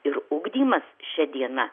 ir ugdymas šia diena